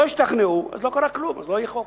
לא ישתכנעו, לא קרה כלום, לא יהיה חוק.